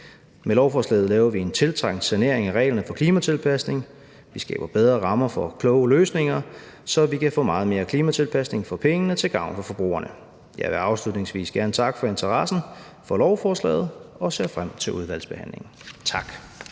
Med lovforslaget laver vi en tiltrængt sanering af reglerne for klimatilpasning. Vi skaber bedre rammer for kloge løsninger, så vi kan få meget mere klimatilpasning for pengene til gavn for forbrugerne. Jeg vil afslutningsvis gerne takke for interessen for lovforslaget og ser frem til udvalgsbehandlingen. Tak.